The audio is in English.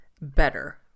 better